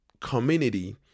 community